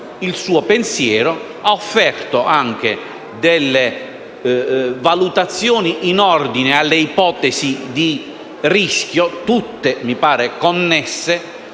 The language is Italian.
il suo pensiero, offrendo anche delle valutazioni in ordine alle ipotesi di rischio, tutte - mi pare - connesse